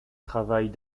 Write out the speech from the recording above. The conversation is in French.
travaille